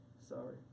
sorry